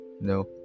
no